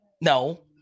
No